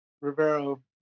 Rivero